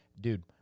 dude